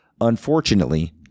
Unfortunately